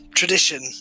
tradition